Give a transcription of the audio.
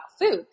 food